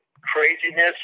craziness